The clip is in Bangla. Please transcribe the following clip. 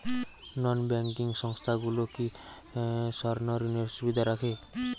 নন ব্যাঙ্কিং সংস্থাগুলো কি স্বর্ণঋণের সুবিধা রাখে?